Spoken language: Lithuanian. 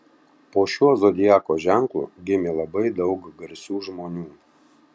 po šiuo zodiako ženklu gimė labai daug garsių žmonių